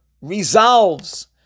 resolves